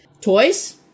Toys